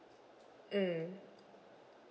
mm